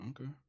Okay